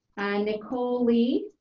nicole lee.